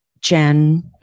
Jen